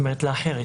לאחרת,